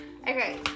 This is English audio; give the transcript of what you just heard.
Okay